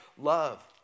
Love